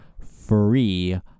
free